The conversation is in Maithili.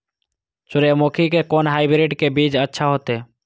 सूर्यमुखी के कोन हाइब्रिड के बीज अच्छा होते?